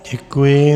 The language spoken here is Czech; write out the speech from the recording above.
Děkuji.